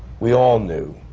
we all knew,